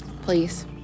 please